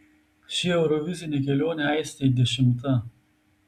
ši eurovizinė kelionė aistei dešimta